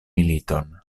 militon